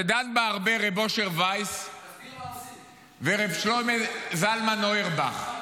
-- שדנו בה הרבה הרב אשר וייס והרב שלמה זלמן אוירבך.